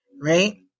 right